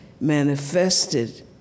manifested